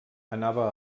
anava